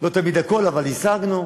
לא תמיד הכול, אבל השגנו.